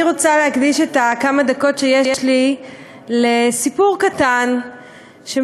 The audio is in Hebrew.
אני רוצה להקדיש את כמה הדקות שיש לי לסיפור קטן שמחבר